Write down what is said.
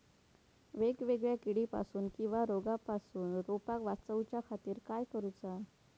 वेगवेगल्या किडीपासून किवा रोगापासून रोपाक वाचउच्या खातीर काय करूचा?